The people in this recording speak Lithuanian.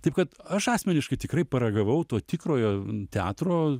taip kad aš asmeniškai tikrai paragavau to tikrojo teatro